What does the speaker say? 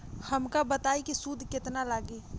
हमका बताई कि सूद केतना लागी?